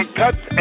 cuts